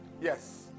Yes